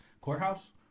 courthouse